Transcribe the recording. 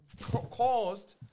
caused